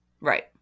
Right